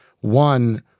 One